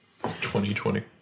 2020